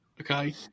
okay